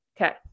Okay